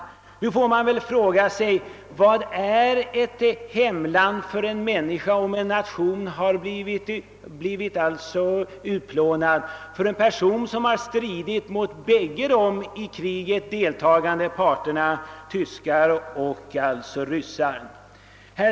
Emellertid måste man väl fråga sig: Vad är hemland för en människa, om den nation hon tillhör blivit utplånad? Vad är hemland för en person som har stridit mot bägge i kriget deltagande parter — både tyskar och ryssar?